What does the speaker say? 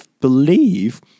believe